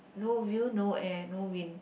no view no air no wind